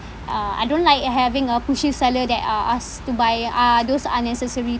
uh I don't like having a pushy seller that uh ask to buy uh those unnecessary